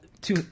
two